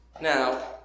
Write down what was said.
Now